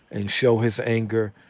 and show his anger.